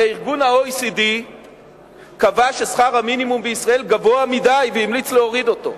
הרי ה-OECD קבע ששכר המינימום בישראל גבוה מדי והמליץ להוריד אותו.